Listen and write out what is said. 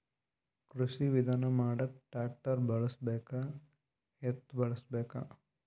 ಕೃಷಿ ವಿಧಾನ ಮಾಡಾಕ ಟ್ಟ್ರ್ಯಾಕ್ಟರ್ ಬಳಸಬೇಕ, ಎತ್ತು ಬಳಸಬೇಕ?